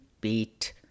beat